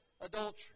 adultery